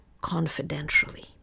confidentially